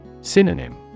Synonym